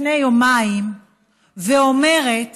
לפני יומיים ואומרת